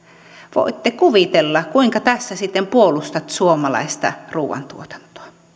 voitte kuvitella kuinka tässä sitten puolustat suomalaista ruuantuotantoa